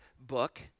book